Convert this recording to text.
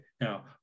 now